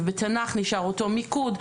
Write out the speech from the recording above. בתנ"ך נשאר אותו מיקוד.